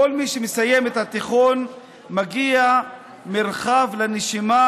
לכל מי שמסיים את התיכון מגיע מרחב נשימה.